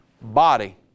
body